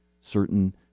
certain